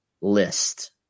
list